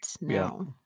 No